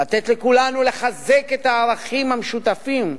לתת לכולנו לחזק את הערכים המשותפים,